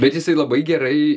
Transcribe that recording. bet jisai labai gerai